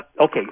okay